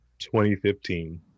2015